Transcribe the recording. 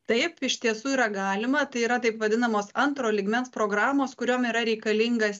taip iš tiesų yra galima tai yra taip vadinamos antro lygmens programos kuriom yra reikalingas